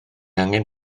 angen